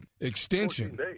extension